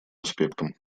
аспектом